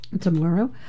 tomorrow